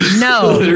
no